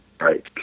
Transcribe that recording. right